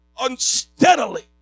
unsteadily